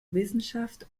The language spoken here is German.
wissenschaft